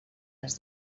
les